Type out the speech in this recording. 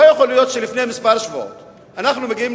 לא יכול להיות שלפני כמה שבועות אנחנו מגיעים